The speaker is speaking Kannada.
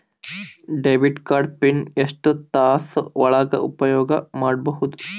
ಡೆಬಿಟ್ ಕಾರ್ಡ್ ಪಿನ್ ಎಷ್ಟ ತಾಸ ಒಳಗ ಉಪಯೋಗ ಮಾಡ್ಬಹುದು?